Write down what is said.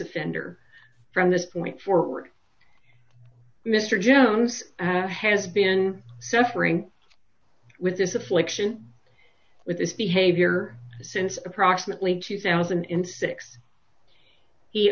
offender from this point forward mr jennings has been suffering with this affliction with his behavior since approximately two thousand in six he